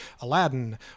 Aladdin